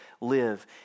live